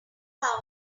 power